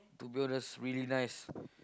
two dollars really nice